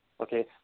okay